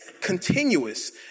continuous